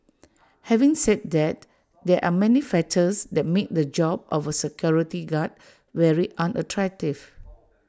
having said that there are many factors that make the job of A security guard very unattractive